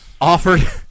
offered